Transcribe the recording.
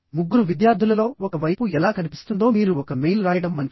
ముగ్గురు విద్యార్థులలో ఒక వైపు ఎలా కనిపిస్తుందో మీరు ఒక మెయిల్ రాయడం మంచిది